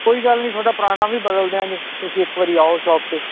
ਕੋਈ ਗੱਲ ਨੂੰ ਥੋਡਾ ਪੁਰਾਣਾ ਵੀ ਬਦਲ ਦਿਆਂਗੇ ਤੁਸੀਂ ਇੱਕ ਵਾਰੀ ਆਓ ਸ਼ੋਪ ਤੇ